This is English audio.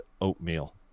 oatmeal